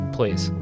Please